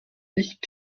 nicht